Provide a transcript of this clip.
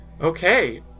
Okay